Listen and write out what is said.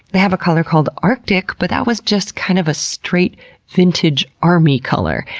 they have a color called arctic, but that was just, kind of, a straight vintage army color.